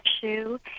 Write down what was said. shoe